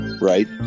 right